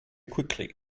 quickly